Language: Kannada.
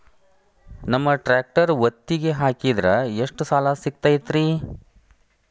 ನಮ್ಮ ಟ್ರ್ಯಾಕ್ಟರ್ ಒತ್ತಿಗೆ ಹಾಕಿದ್ರ ಎಷ್ಟ ಸಾಲ ಸಿಗತೈತ್ರಿ?